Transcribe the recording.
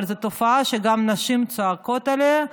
אבל זו תופעה שגם נשים זועקות עליה,